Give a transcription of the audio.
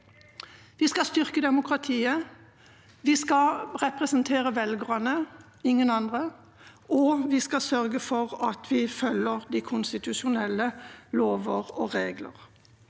Vi skal styrke demokratiet. Vi skal representere velgerne, ingen andre. Vi skal sørge for at vi følger de konstitusjonelle lover og regler.